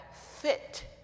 fit